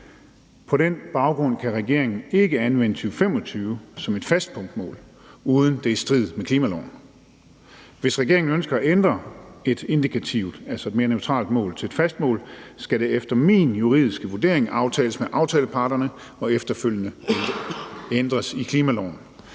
»På den baggrund kan regeringen ikke anvende 2025 som et fast punktmål, uden at det er i strid med klimaloven. Hvis regeringen ønsker at ændre et indikativt mål til et fast mål, skal det efter min juridiske vurdering aftales med aftaleparterne og efterfølgende ændres i klimaloven.«